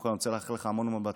אני רוצה לאחל לך המון הצלחה.